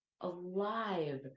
alive